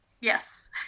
yes